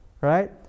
right